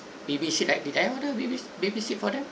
previously like did I order baby seat for them